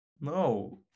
No